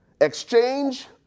Exchange